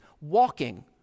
walking